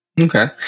Okay